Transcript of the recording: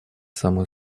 самую